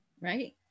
Right